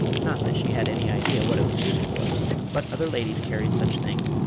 not that she had any idea what it was used for but other ladies carried such things,